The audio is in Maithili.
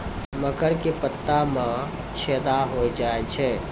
मकर के पत्ता मां छेदा हो जाए छै?